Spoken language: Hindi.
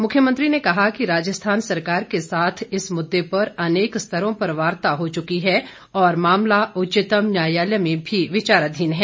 मुख्यमंत्री ने कहा कि राजस्थान सरकार के साथ इस मुद्दे पर अनेक स्तरों पर वार्ता हो चुकी है और मामला उच्चतम न्यायालय में भी विचाराधीन है